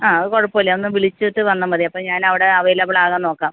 ആ അത് കുഴപ്പം ഇല്ല ഒന്ന് വിളിച്ചിട്ട് വന്നാൽ മതി അപ്പം ഞാൻ അവിടെ അവൈലബിൾ ആകാൻ നോക്കാം